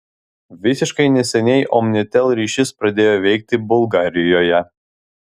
visiškai neseniai omnitel ryšis pradėjo veikti bulgarijoje